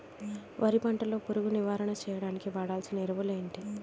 వరి పంట లో పురుగు నివారణ చేయడానికి వాడాల్సిన ఎరువులు ఏంటి?